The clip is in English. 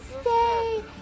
stay